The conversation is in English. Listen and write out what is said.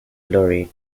lorry